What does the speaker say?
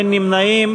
אין נמנעים,